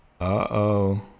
uh-oh